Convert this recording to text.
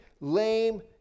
lame